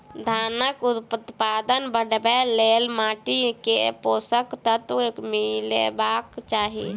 धानक उत्पादन बढ़ाबै लेल माटि मे केँ पोसक तत्व मिलेबाक चाहि?